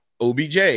OBJ